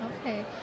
Okay